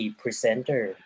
presenter